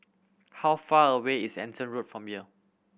how far away is Anson Road from here